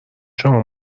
شما